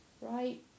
right